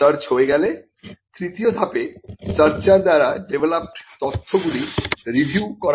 search হয়ে গেলে তৃতীয় ধাপে সার্চার দ্বারা ডেভেলপড্ তথ্যগুলি রিভিউ করা